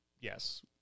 yes